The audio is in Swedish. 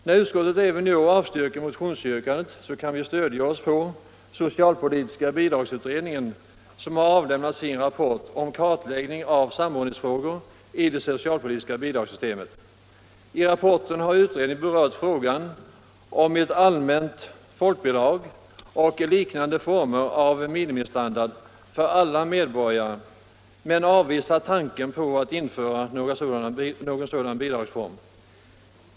När utskottet även i år avstyrker motionsyrkandet kan vi stödja oss på socialpolitiska bidragsutredningen som har avlämnat sin rapport om kartläggning av samordningsfrågor i det socialpolitiska bidragssystemet. I rapporten har utredningen berört frågan om ett allmänt folkbidrag och liknande former av minimistandard för alla medborgare, men avvisat tanken på att införa någon sådan bidragsform.